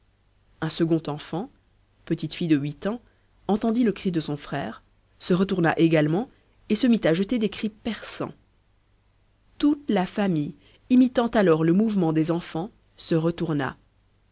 un second enfant petite fille de huit ans entendant le cri de son frère se retourna également et se mit à jeter des cris perçants toute la famille imitant alors le mouvement des enfants se retourna